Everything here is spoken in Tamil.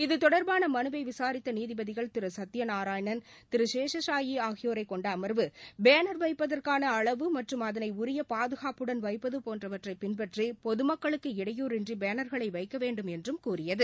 இது தொடர்பான மலுவை விசாரித்த நீதிபதிகள் திரு சத்ய நாராயணன் திரு சேஷசாயி ஆகியோரைக் கொண்ட அமா்வு பேனா் வைப்பதற்கான அளவு மற்றும் அதனை உரிய பாதுகாப்புடன் வைப்பது போன்றவற்றை பின்பற்றி பொதுமக்களுக்கு இடையூறின்றி பேனா்களை வைக்க வேண்டும் என்றும் கூறியது